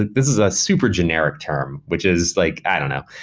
this is a super generic term, which is like i don't know.